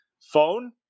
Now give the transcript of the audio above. Phone